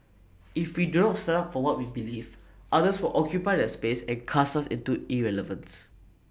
if we do not stand up for what we believe others will occupy that space and cast us into irrelevance